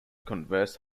converse